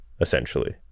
essentially